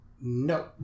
No